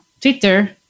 Twitter